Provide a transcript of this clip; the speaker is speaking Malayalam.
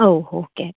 ആ ഹൊ ഓക്കെ